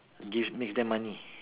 give makes them money